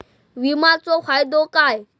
विमाचो फायदो काय?